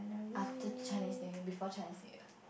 after Chinese-New-Year before Chinese-New-Year